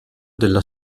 della